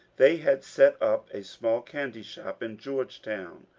they had set up a small candy-shop in georgetown,